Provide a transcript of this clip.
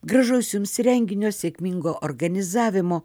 gražaus jums renginio sėkmingo organizavimo